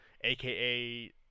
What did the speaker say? aka